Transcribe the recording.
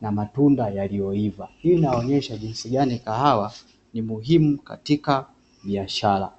na matunda yaliyoiva. Hii inaonesha jinsi gani kahawa ni muhimu katika biashara.